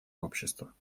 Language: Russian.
общества